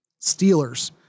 Steelers